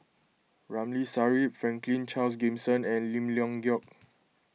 Ramli Sarip Franklin Charles Gimson and Lim Leong Geok